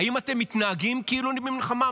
האם אתם מתנהגים כאילו אתם במלחמה?